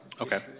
okay